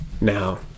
now